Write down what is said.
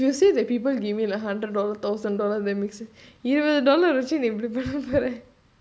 K if if you say that people give me a hundred dollar thousand dollar that makes it